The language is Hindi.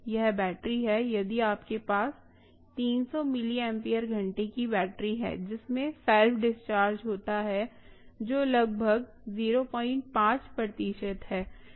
यह बैटरी है यदि आपके पास 300 मिलिम्पियर घंटे की बैटरी है जिसमें सेल्फ डिस्चार्ज होता है जो लगभग 05 प्रतिशत है